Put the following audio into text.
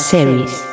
Series